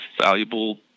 valuable